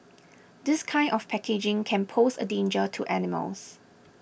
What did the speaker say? this kind of packaging can pose a danger to animals